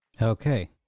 Okay